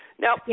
Now